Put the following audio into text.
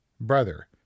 brother